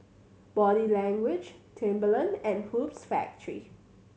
Body Language Timberland and Hoops Factory